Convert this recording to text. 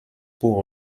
pour